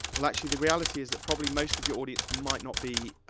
well, actually, the reality is that probably most of your audience might not be